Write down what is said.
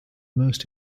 most